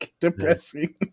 depressing